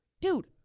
dude